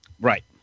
Right